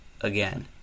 again